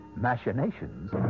machinations